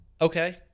okay